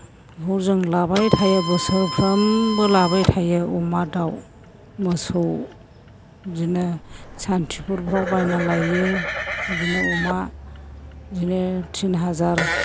बेखौ जों लाबाय थायो बोसोरफ्रोमबो लाबाय थायो अमा दाउ मोसौ बिदिनो सान्तिफुरफ्राव बायना लायो बिदिनो अमा बिदिनो तिन हाजार